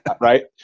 right